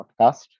podcast